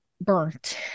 burnt